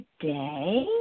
today